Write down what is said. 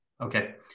Okay